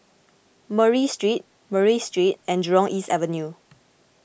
Murray Street Murray Street and Jurong East Avenue